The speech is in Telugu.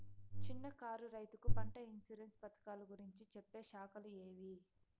చిన్న కారు రైతుకు పంట ఇన్సూరెన్సు పథకాలు గురించి చెప్పే శాఖలు ఏవి?